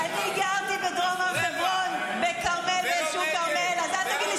בקריית ארבע?